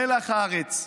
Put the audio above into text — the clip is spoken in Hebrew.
מלח הארץ.